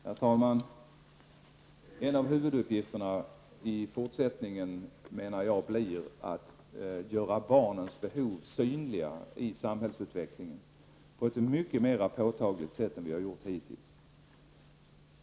Herr talman! Jag menar att en av huvuduppgifterna i fortsättningen blir att göra barnens behov synliga i samhällsutvecklingen på ett mycket mer påtagligt sätt än som hittills har gjorts.